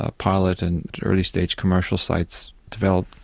ah pilot and early-stage commercial sites developed,